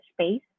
space